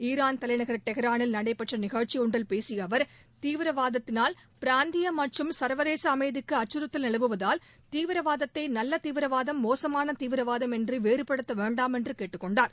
ஈராள் தலைநகர் டெஹ்ரானில் நடைபெற்ற நிகழ்ச்சி ஒன்றில் பேசிய அவர் தீவிரவாதத்தினால் பிராந்திய மற்றும் சர்வதேச அமைதிக்கு அச்சுறுத்தல் நிலவுவதால் தீவிரவாதத்தை நல்ல தீவிரவாதம் மோசமான தீவிரவாதம் என்று வேறுபடுத்த வேண்டாம் என்று கேட்டுக்கொண்டார்